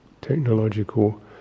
technological